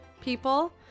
people